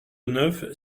neuf